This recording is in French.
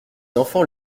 enfants